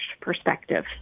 perspective